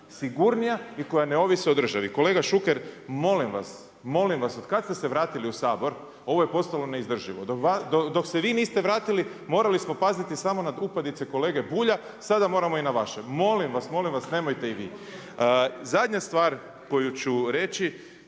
sigurnija i koja ne ovise o državi. Kolega Šuker molim vas, molim vas od kad ste se vratili u Sabor ovo je postalo neizdrživo. Dok se vi niste vratili morali smo paziti samo na upadice kolege Bulja, sada moramo i na vaše. Molim vas! Molim vas nemojte i vi! Zadnja stvar koju ću reći